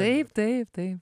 taip taip taip